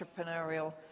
entrepreneurial